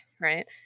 right